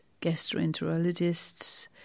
gastroenterologists